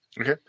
Okay